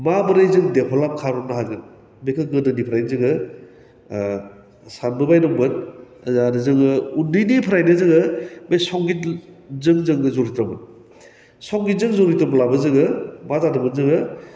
माबोरै जों डेभलाप खालामनो हागोन बेखौ गोदोनिफ्राइनो जोङो सानबोबाय दंमोन आरो जोङो उन्दैनिफ्राइनो जोङो बे संगितजों जोङो जरित्त'मोन संगितजों जरित्त'ब्लाबो जोङो मा जादोंमोन जोङो